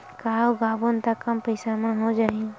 का उगाबोन त कम पईसा म हो जाही?